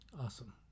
Awesome